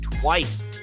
twice